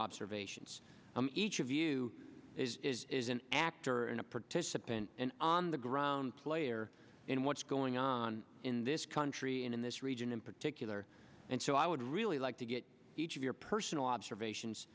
observations of each of you is an actor and a participant and on the ground player in what's going on in this country and in this region in particular and so i would really like to get each of your personal observations